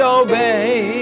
obey